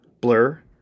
Blur